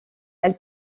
elle